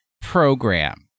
program